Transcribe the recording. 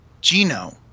Gino